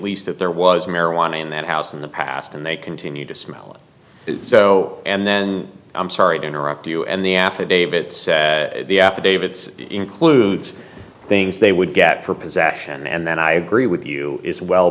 least that there was marijuana in that house in the past and they continue to smell so and then i'm sorry to interrupt you and the affidavits the affidavits includes things they would get for possession and then i agree with you it's well